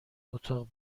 اتاق